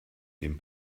dem